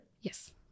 Yes